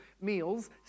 meals